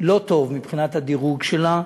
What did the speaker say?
לא טוב מבחינת הדירוג שלה